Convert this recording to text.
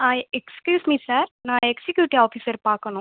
ஆ excuse me sir நான் executive officer பார்க்கணும்